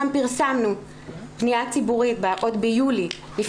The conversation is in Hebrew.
עוד ביולי אנחנו גם פרסמנו פנייה ציבורית,